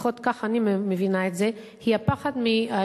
לפחות כך אני מבינה את זה, היא מהפחד מהאפשרות